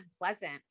unpleasant